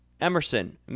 Emerson